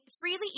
freely